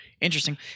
interesting